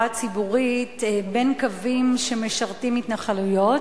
הציבורית בין קווים שמשרתים התנחלויות